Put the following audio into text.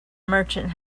merchant